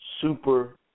Super